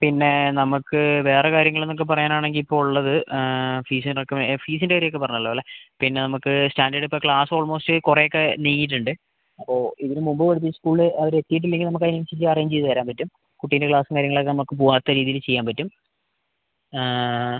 പിന്നേ നമുക്ക് വേറേ കാര്യങ്ങളെന്നൊക്കേ പറയാനാണെങ്കീ ഇപ്പോ ഉള്ളത് ഫീസ് ഫീസിൻ്റ കാര്യൊക്കേ പറഞ്ഞല്ലോല്ലേ പിന്നേ നമുക്ക് സ്റ്റാൻഡേർഡ് ഇപ്പോ ക്ലാസ് ഓൾമോസ്റ്റ് കൊറേ ഒക്കേ നീങ്ങീട്ടുണ്ട് അപ്പോ ഇതിന് മുമ്പ് പഠിപ്പിച്ച സ്കൂള് അവര് എത്തീട്ടില്ലെങ്കീ നമുക്ക് അയിന് അനുസരിച്ച് അറേഞ്ച് ചെയ്ത് തരാൻ പറ്റും കുട്ടീൻ്റ ക്ലാസ്സും കാര്യങ്ങളൊക്കേ നമുക്ക് പോവാത്ത രീതിയിൽ ചെയ്യാൻ പറ്റും